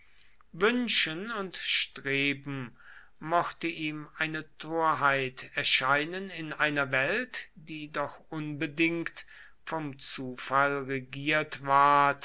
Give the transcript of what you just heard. wünschen und streben mochte ihm eine torheit erscheinen in einer welt die doch unbedingt vom zufall regiert ward